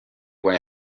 where